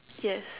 yes